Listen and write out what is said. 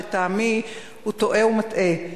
שלטעמי הוא טועה ומטעה,